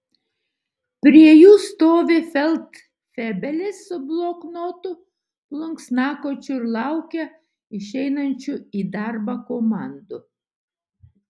prie jų stovi feldfebelis su bloknotu plunksnakočiu ir laukia išeinančių į darbą komandų